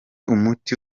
umuti